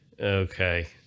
okay